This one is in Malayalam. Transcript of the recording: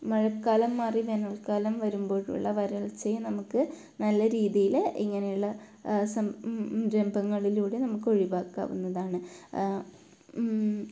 മഴക്കാലം മാറി വേനൽക്കാലം വരുമ്പോഴുള്ള വരൾച്ചയെ നമുക്ക് നല്ല രീതീയിൽ ഇങ്ങനെയുള്ള സം രംഭങ്ങളിലൂടെ നമുക്ക് ഒഴിവാക്കാവുന്നതാണ്